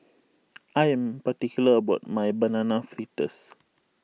I am particular about my Banana Fritters